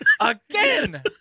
Again